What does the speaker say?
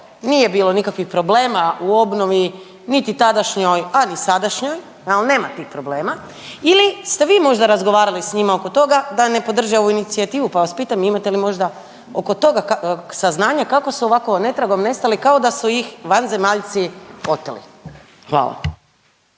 nije bilo nikakvih problema niti tadašnjoj a ni sadašnjoj, jel, nema tih problema ili ste vi možda razgovarali s njima oko toga da ne podrže ovu inicijativu, pa vas pitam imate li možda oko toga saznanja kako su ovako netragom nestali kao da su ih vanzemaljci oteli. Hvala.